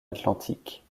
atlantique